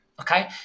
Okay